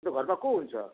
अन्त घरमा को हुन्छ